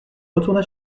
retourna